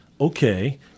okay